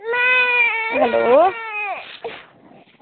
hello